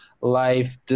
life